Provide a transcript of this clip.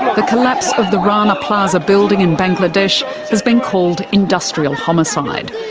the collapse of the rana plaza building in bangladesh has been called industrial homicide.